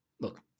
look